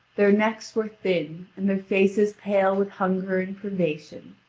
their necks were thin, and their faces pale with hunger and privation.